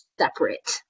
separate